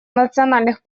национальных